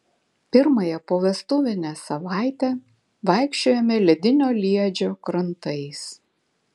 pirmąją povestuvinę savaitę vaikščiojome ledinio liedžio krantais